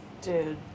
Dude